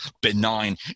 benign